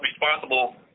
responsible